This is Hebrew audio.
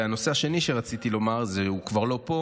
הנושא השני שרציתי לדבר עליו, הוא כבר לא פה,